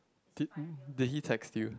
did did he text you